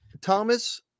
Thomas